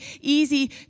easy